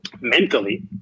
mentally